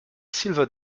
silver